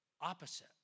opposite